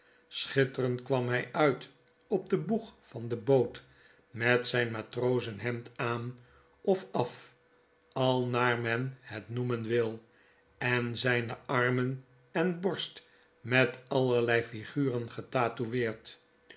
schitterend kwam hy uit op denboeg van de boot met zyn matrozen hemd aan of af al naar men het noemen wil en zyne armen en borst met allerlei figuren getatoeeerd